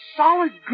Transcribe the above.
solid